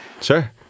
Sure